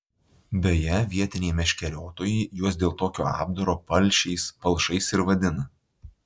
beje vietiniai meškeriotojai juos dėl tokio apdaro palšiais palšais ir vadina